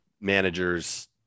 managers